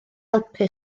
helpu